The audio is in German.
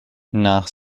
nach